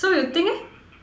so you think eh